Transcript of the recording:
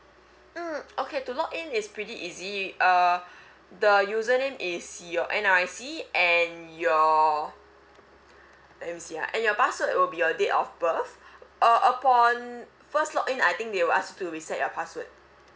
mm okay to log in is pretty easy you uh the user name is your N_R_I_C and your let me see ah and your password will be your date of birth uh upon first login I think they will ask to reset your password